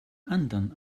anderen